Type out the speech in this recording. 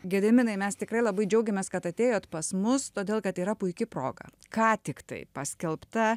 gediminai mes tikrai labai džiaugiamės kad atėjot pas mus todėl kad yra puiki proga ką tiktai paskelbta